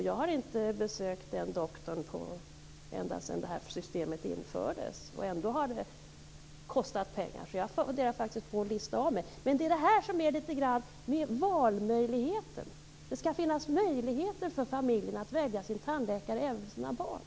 Jag har inte besökt husläkaren sedan systemet infördes och ändå har det kostat pengar. Så jag funderar faktiskt på att begära att jag tas bort från listan. Men det här gäller valmöjligheten. Det skall finnas möjligheter för familjer att välja sin tandläkare även för barnen.